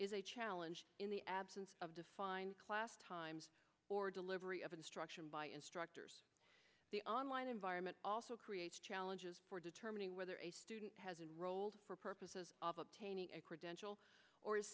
is a challenge in the absence of defined class times or delivery of instruction by instructors the online environment also creates challenges for determining whether a student has enrolled for purposes of obtaining a credential or is